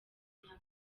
myaka